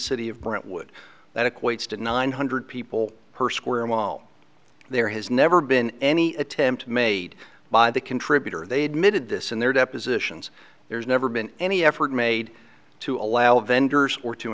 city of brentwood that equates to nine hundred people per square mile there has never been any attempt made by the contributor they admitted this in their depositions there's never been any effort made to allow vendors or to